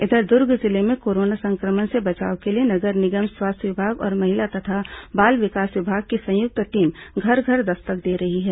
इधर दूर्ग जिले में कोरोना संक्रमण से बचाव के लिए नगर निगम स्वास्थ्य विभाग और महिला तथा बाल विकास विभाग की संयुक्त टीम घर घर दस्तक दे रही है